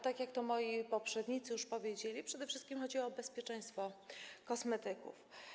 Tak jak to moi poprzednicy już powiedzieli, przede wszystkim chodzi o bezpieczeństwo kosmetyków.